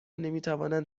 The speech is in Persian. نمیتوانند